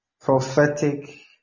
prophetic